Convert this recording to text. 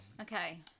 Okay